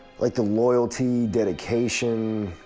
like the loyalty, dedication